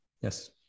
Yes